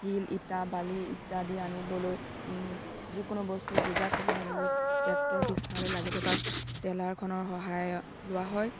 শিল ইটা বালি ইত্যাদি আনিবলৈ যিকোনো বস্তুৰ বোজা কঢ়িয়াবলৈ ট্ৰেক্টৰৰ পিছফালে লাগি থকা ট্ৰেলাৰখনৰ সহায়ত লোৱা হয়